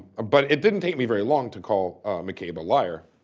but it didn't take me very long to call mccabe a liar.